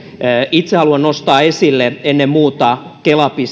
itse haluan nostaa esille ennen muuta kela